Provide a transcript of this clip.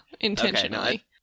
intentionally